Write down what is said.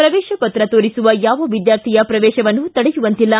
ಪ್ರವೇಶ ಪತ್ರ ತೋರಿಸುವ ಯಾವ ವಿದ್ಯಾರ್ಥಿಯ ಪ್ರವೇಶವನ್ನೂ ತಡೆಯುವಂತಿಲ್ಲ